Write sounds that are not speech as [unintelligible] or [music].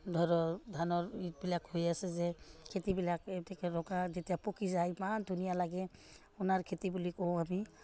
ধৰক ধানৰ এইবিলাক হৈ আছে যে খেতিবিলাক [unintelligible] যেতিয়া পকি যায় ইমান ধুনীয়া লাগে [unintelligible] খেতি বুলি কওঁ আমি